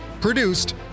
Produced